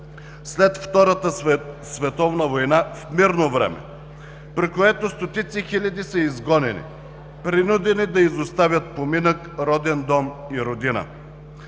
след Втората световна война в мирно време, при което стотици хиляди са изгонени, принудени да изоставят поминък, роден дом и родина.